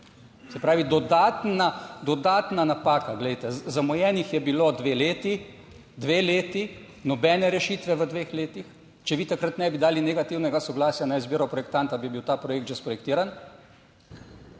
dodatna, dodatna napaka, glejte, zamujenih je bilo dve leti, - dve leti -, nobene rešitve v dveh letih. Če vi takrat ne bi dali negativnega soglasja na izbiro projektanta, bi bil ta projekt že sprojektiran.